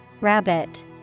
Rabbit